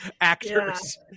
actors